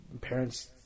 parents